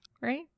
Right